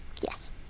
Yes